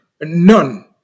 None